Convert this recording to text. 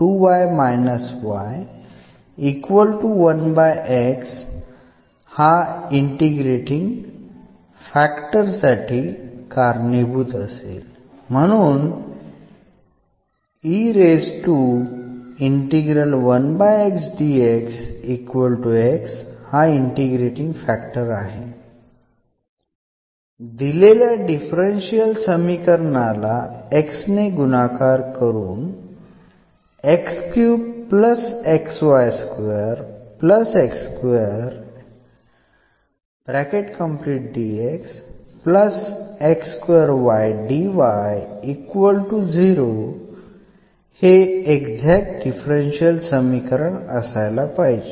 म्हणून integrating factor दिलेल्या differential समीकरणाला x ने गुणाकार करून हे एक्झॅक्ट डिफरन्शियल समीकरण असायला पाहिजे